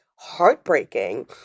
heartbreaking